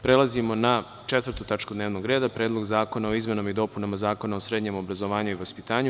Prelazimo na 4. tačku dnevnog reda - PREDLOG ZAKONA O IZMENAMA I DOPUNAMA ZAKONA O SREDNJEM OBRAZOVANJU I VASPITANJU.